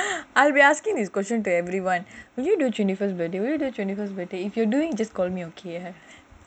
I'll be asking this question to everyone will you do twenty first birthday if you are doing just call me okay